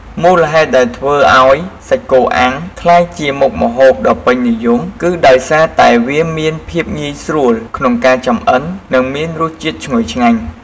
មូលហេតុដែលធ្វើឱ្យសាច់គោអាំងក្លាយទៅជាមុខម្ហូបដ៏ពេញនិយមគឺដោយសារតែវាមានភាពងាយស្រួលក្នុងការចម្អិន និងមានរសជាតិឈ្ងុយឆ្ងាញ់។